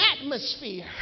atmosphere